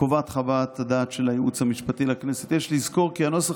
קובעת חוות הדעת של הייעוץ המשפטי לכנסת: "יש לזכור כי הנוסח